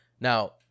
Now